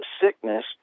sickness